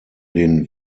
den